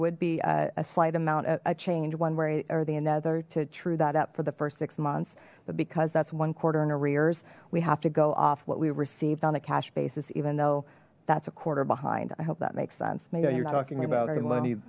would be a slight amount of change one way or the another to true that up for the first six months but because that's one quarter in arrears we have to go off what we received on a cash basis even though that's a quarter behind i hope that makes sense maybe you're talking about money